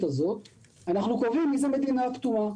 הזאת אנחנו קובעים מי זו מדינה פטורה.